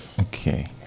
Okay